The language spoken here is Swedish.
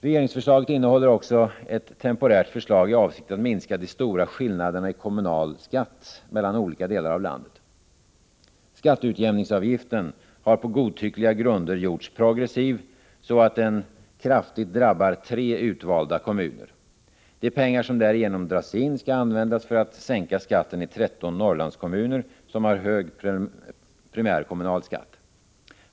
Regeringsförslaget innehåller också ett temporärt förslag i avsikt att minska de stora skillnaderna i kommunalskatt mellan olika delar av landet. Skatteutjämningsavgiften har på godtyckliga grunder gjorts progressiv, så att den kraftigt drabbar tre utvalda kommuner. De pengar som därigenom dras in skall användas för att sänka skatten i 13 Norrlandskommuner som har hög primärkommunal skatt.